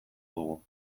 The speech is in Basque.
dugu